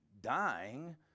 dying